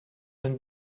hun